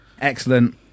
excellent